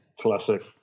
Classic